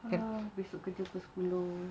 besok kerja sepuluh